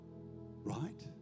Right